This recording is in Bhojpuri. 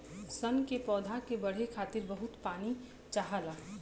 सन के पौधा के बढ़े खातिर बहुत पानी चाहला